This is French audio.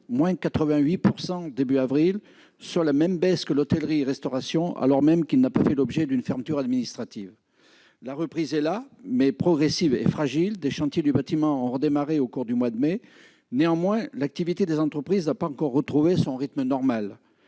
mois d'avril dernier, soit le même taux que l'hôtellerie-restauration, alors même qu'il n'a pas fait l'objet d'une fermeture administrative. La reprise est là, mais progressive et fragile. Des chantiers du bâtiment ont redémarré au cours du mois de mai dernier. Néanmoins, l'activité des entreprises n'a pas encore retrouvé son rythme normal